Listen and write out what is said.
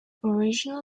original